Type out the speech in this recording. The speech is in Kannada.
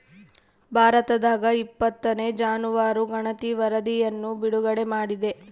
ಭಾರತದಾಗಇಪ್ಪತ್ತನೇ ಜಾನುವಾರು ಗಣತಿ ವರಧಿಯನ್ನು ಬಿಡುಗಡೆ ಮಾಡಿದೆ